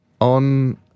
on